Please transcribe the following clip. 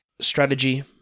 strategy